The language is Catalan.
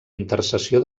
intercessió